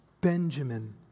Benjamin